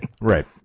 Right